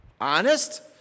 Honest